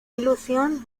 ilusión